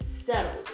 settled